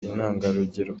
intangarugero